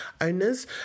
owners